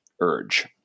urge